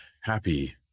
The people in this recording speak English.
happy